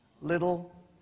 little